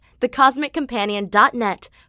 thecosmiccompanion.net